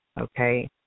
okay